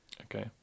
okay